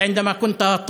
לסכם.